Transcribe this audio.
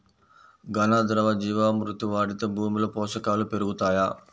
ఘన, ద్రవ జీవా మృతి వాడితే భూమిలో పోషకాలు పెరుగుతాయా?